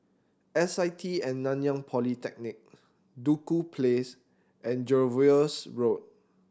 S I T At Nanyang Polytechnic Duku Place and Jervois Road